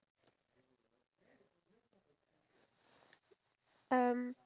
I honestly think it's not really important you know why